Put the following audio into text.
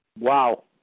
Wow